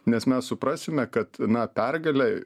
nes mes suprasime kad na pergalė